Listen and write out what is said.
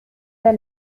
der